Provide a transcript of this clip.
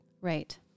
Right